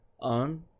on